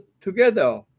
together